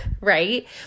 right